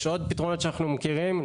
יש עוד פתרונות שאנחנו מכירים.